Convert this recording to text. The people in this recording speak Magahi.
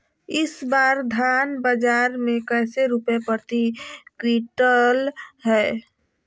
इस बार धान बाजार मे कैसे रुपए प्रति क्विंटल है?